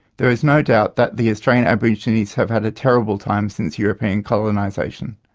there is no doubt that the australian aborigines have had a terrible time since european colonisation.